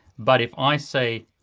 but if i say